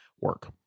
work